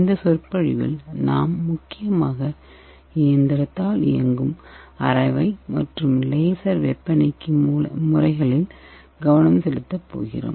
இந்த சொற்பொழிவில் நாம் முக்கியமாக இயந்திரத்தால் இயங்கும் அரைவை மற்றும் லேசர் வெப்பநீக்கி முறைகளில் கவனம் செலுத்தப் போகிறோம்